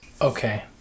Okay